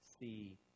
see